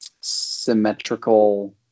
symmetrical